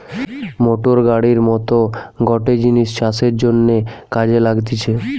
motor গাড়ির মত গটে জিনিস চাষের জন্যে কাজে লাগতিছে